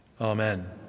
amen